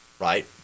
Right